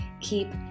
keep